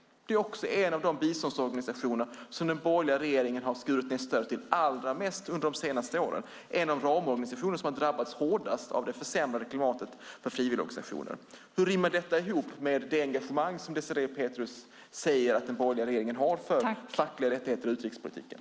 Det är också en av de biståndsorganisationer som den borgerliga regeringen har skurit ned stödet till allra mest under de senaste åren. Det är en av ramorganisationerna som har drabbats hårdast av det försämrade klimatet för frivilligorganisationer. Hur rimmar detta med det engagemang som Désirée Pethrus säger att den borgerliga regeringen har för fackliga rättigheter i utrikespolitiken?